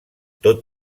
tot